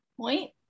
point